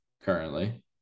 currently